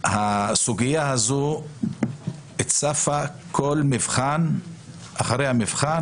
הסוגיה הזו צפה כל פעם אחרי המבחן.